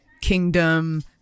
Kingdom